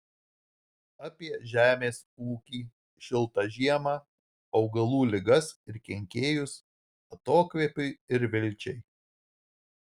apie žemės ūkį šiltą žiemą augalų ligas ir kenkėjus atokvėpiui ir vilčiai